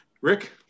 Rick